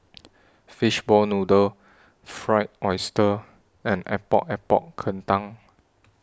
Fishball Noodle Fried Oyster and Epok Epok Kentang